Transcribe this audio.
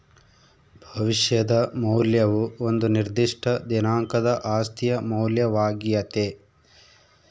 ಭವಿಷ್ಯದ ಮೌಲ್ಯವು ಒಂದು ನಿರ್ದಿಷ್ಟ ದಿನಾಂಕದ ಆಸ್ತಿಯ ಮೌಲ್ಯವಾಗ್ಯತೆ